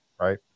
Right